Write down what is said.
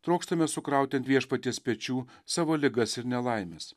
trokštame sukrauti ant viešpaties pečių savo ligas ir nelaimes